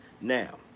Now